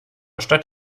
stadt